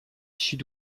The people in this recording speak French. sud